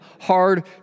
hard